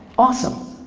awesome.